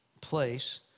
place